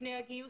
לפני הגיוס.